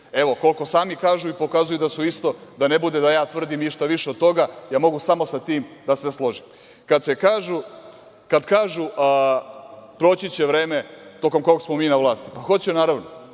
evo, koliko sami kažu i pokazuju da su isto. Da ne bude da ja tvrdim išta više od toga, ja mogu samo sa tim da se složim. Kad kažu - proći će vreme tokom kog smo mi na vlasti, pa hoće, naravno.